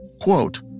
quote